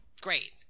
Great